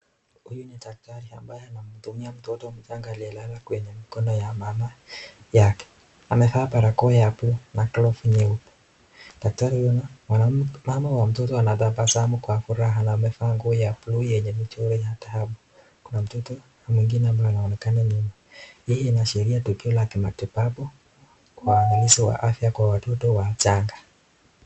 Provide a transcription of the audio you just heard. Huyu ni daktari amabaye anayemhudumia mtoto mchanga aliyelala kwenye mkono ya mama yake, amevaa barakoa ya buluu na glovu nyeupe. Mama ya mtoto huyo anatabasamu kwa furaha na amevaa nguo ya buluu yenye mchoro wa dhahabu. Kuna mtoto mwingine ambaye anaonekana nyuma. Hili linaashiria tukio la kimatibabu kwa ulinzi wa afya kwa watoto wachanga.